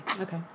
Okay